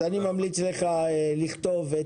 אני ממליץ לך לכתוב.